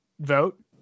vote